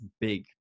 big